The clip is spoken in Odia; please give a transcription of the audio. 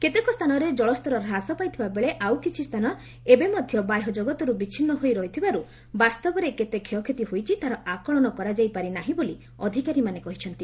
କେତେକ ସ୍ଥାନରେ ଜଳସ୍ତର ହ୍ରାସ ପାଇଥିବା ବେଳେ ଆଉ କିଛି ସ୍ଥାନ ଏବେ ମଧ୍ୟ ବାହ୍ୟଜଗତରୁ ବିଚ୍ଛିନ୍ନ ହୋଇ ରହିଥିବାରୁ ବାସ୍ତବରେ କେତେ କ୍ଷୟକ୍ଷତି ହୋଇଛି ତାର ଆକଳନ କରାଯାଇ ପାରି ନାହିଁ ବୋଲି ଅଧିକାରୀମାନେ କହିଛନ୍ତି